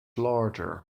larger